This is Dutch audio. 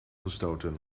gestoten